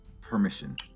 permission